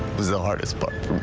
was the hardest part.